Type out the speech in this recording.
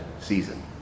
season